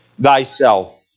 thyself